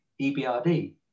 EBRD